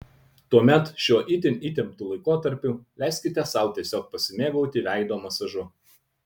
tuomet šiuo itin įtemptu laikotarpiu leiskite sau tiesiog pasimėgauti veido masažu